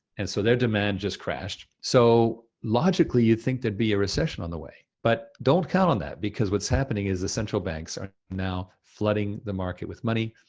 and so their demand just crashed. so logically, you'd think there'd be a recession on the way. but don't count on that, because what's happening is the central banks are now flooding the market with money.